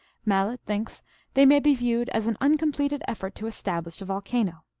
mallet thinks they may be viewed as an uncompleted effort to establish a volcano.